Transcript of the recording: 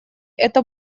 это